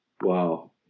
Wow